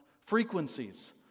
frequencies